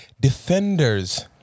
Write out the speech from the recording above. defenders